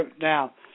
Now